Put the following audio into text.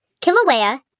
Kilauea